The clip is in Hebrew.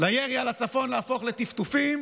לירי על הצפון להפוך לטפטופים,